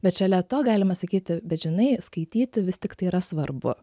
bet šalia to galima sakyti bet žinai skaityti vis tiktai yra svarbu